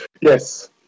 Yes